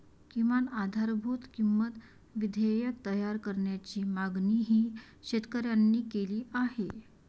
किमान आधारभूत किंमत विधेयक तयार करण्याची मागणीही शेतकऱ्यांनी केली आहे